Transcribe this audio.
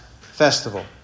festival